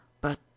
but